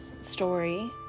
story